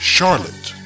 Charlotte